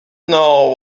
know